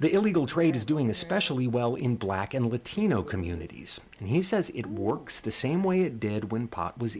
the illegal trade is doing especially well in black and latino communities and he says it works the same way it did when pot was